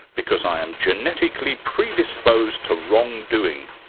because i am genetically predisposed to wrongdoing.